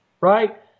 right